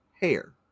hair